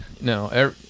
no